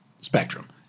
spectrum